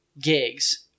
gigs